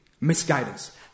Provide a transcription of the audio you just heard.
misguidance